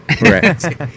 Right